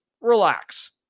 Relax